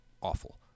awful